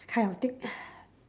kind of thing